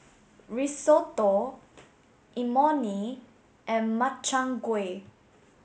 Risotto Imoni and Makchang gui